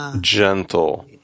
gentle